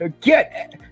get